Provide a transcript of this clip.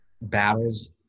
battles